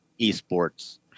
eSports